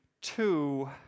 two